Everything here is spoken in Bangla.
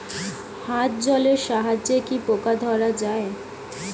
হাত জলের সাহায্যে কি পোকা ধরা যায়?